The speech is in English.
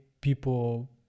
people